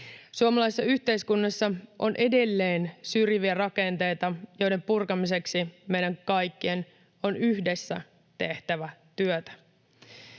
Suomalaisessa yhteiskunnassa on edelleen syrjiviä rakenteita, joiden purkamiseksi meidän kaikkien on yhdessä tehtävä työtä.